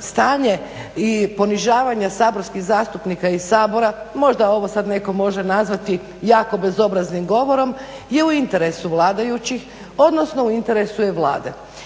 stanje i ponižavanja saborskih zastupnika i Sabora, možda ovo sad netko može nazvati jako bezobraznim govorom, je u interesu vladajućih, odnosno u interesu je Vlade.